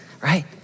Right